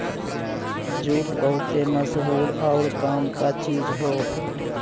jute बहुते मसहूर आउर काम क चीज हौ